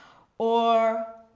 or,